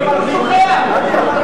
אוקיי,